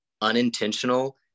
unintentional